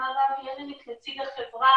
מר אבי ילניק, נציג החברה,